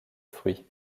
fruits